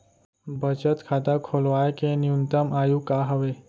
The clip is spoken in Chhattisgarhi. बचत खाता खोलवाय के न्यूनतम आयु का हवे?